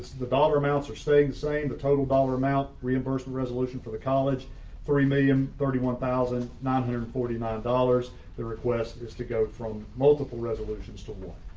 the dollar amounts are saying saying the total dollar amount reimbursing resolution for the college three million thirty one thousand nine hundred and forty nine dollars the request is to go from multiple resolutions to one